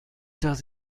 does